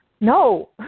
no